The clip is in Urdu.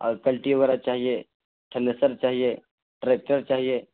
اوتھلٹی وغیرہ چاہیے تھلیسر چاہیے ٹریکٹر چاہیے